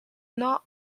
not